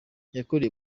yakuriye